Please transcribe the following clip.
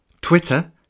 Twitter